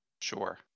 Sure